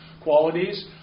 qualities